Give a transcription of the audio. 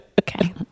Okay